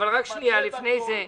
אבל לפני זה,